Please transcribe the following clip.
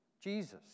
Jesus